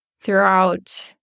Throughout